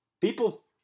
people